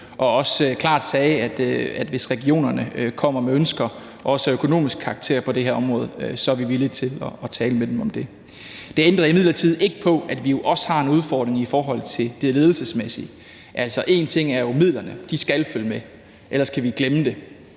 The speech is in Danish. han også klart har sagt, at hvis regionerne kommer med ønsker på det her område, også af økonomisk karakter, så er man villig til at tale med dem om det. Det ændrer imidlertid ikke på, at vi jo også har en udfordring i forhold til det ledelsesmæssige. Altså, én ting er jo, at midlerne skal følge med, ellers kan vi glemme det,